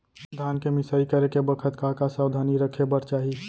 धान के मिसाई करे के बखत का का सावधानी रखें बर चाही?